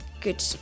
good